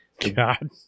God